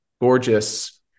gorgeous